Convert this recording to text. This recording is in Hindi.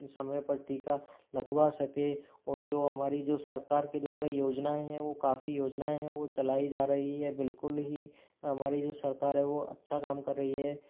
समय पर टीका लगवा सके और जो हमारी जो सरकार के द्वारा योजनाएं हैं वो काफ़ी योजनाएं हैं वो चलाई जा रही है बिल्कुल ही हमारी जो सरकार है वो अच्छा काम कर रही है